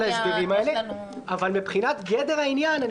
ההסברים האלה אבל מבחינת גדר העניין,